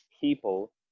people